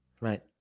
Right